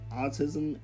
autism